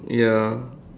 ya